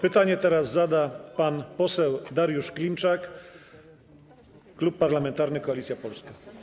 Pytanie zada pan poseł Dariusz Klimczak, Klub Parlamentarny Koalicja Polska.